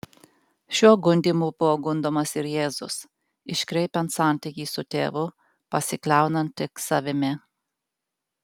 šiuo gundymu buvo gundomas ir jėzus iškreipiant santykį su tėvu pasikliaunant tik savimi